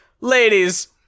ladies